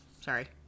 sorry